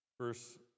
verse